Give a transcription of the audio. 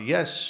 Yes